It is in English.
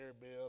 bill